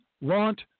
want